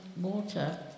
water